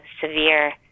severe